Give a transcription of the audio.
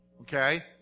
okay